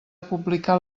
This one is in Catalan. publicar